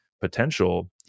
potential